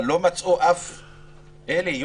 אלי,